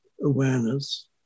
awareness